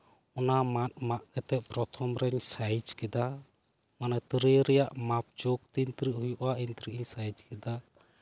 ᱚᱱᱟ ᱢᱟᱫ ᱢᱟᱜ ᱠᱟᱛᱮᱫ ᱯᱨᱚᱛᱷᱚᱢ ᱨᱮᱧ ᱥᱟᱭᱤᱡ ᱠᱮᱫᱟ ᱢᱟᱱᱮ ᱛᱤᱨᱭᱳ ᱨᱮᱭᱟᱜ ᱢᱟᱯ ᱡᱳᱜ ᱛᱤᱱ ᱛᱩᱨᱡᱽ ᱦᱩᱭᱩᱜᱼᱟ ᱩᱱ ᱛᱩᱨᱩᱡᱽ ᱤᱧ ᱥᱟᱹᱭᱤᱡ ᱠᱮᱫᱟ